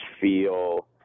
feel